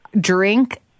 drink